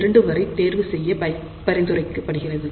2 வரை தேர்வு செய்ய பரிந்துரைக்கப்படுகிறது